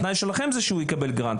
התנאי שלכם שהוא ישלם מהגרנט,